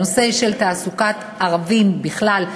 הנושא של תעסוקת ערבים בכלל,